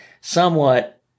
somewhat